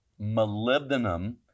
molybdenum